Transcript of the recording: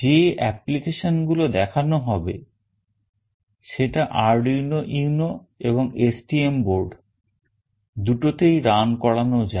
যে application গুলো দেখানো হবে সেটা Arduino UNO এবং STM board দুটোতেই run করানো যায়